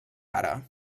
ara